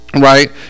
right